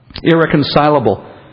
irreconcilable